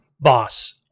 boss